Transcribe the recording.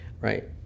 Right